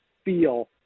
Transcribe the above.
feel